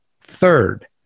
third